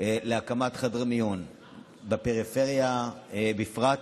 להקמת חדרי מיון בפריפריה בפרט,